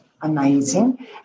amazing